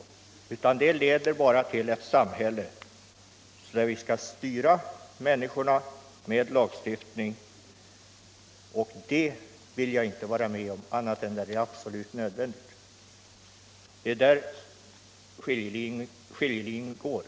Sådana lagar leder bara till ett samhälle där vi skall styra människorna med lagstiftning, och det vill jag inte vara med om, annat än när det är absolut nödvändigt.